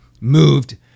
moved